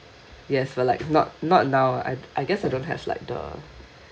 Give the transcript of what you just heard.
yes but like not not now I I guess I don't have like the